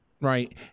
Right